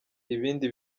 ibindi